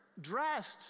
dressed